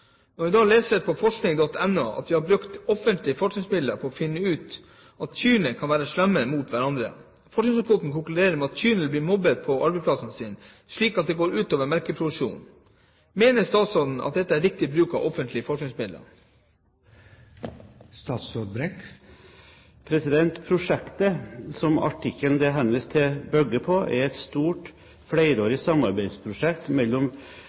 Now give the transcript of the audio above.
leser på forskning.no at vi har brukt offentlige forskningsmidler på å finne ut at kyrne kan være slemme med hverandre. Forskningsrapporten konkluderer at kyrne blir mobbet på arbeidsplassen sin, slik at det går ut over melkeproduksjonen. Mener statsråden at dette er riktig bruk av offentlige forskningsmidler?» Prosjektet som artikkelen det henvises til, bygger på, er et stort,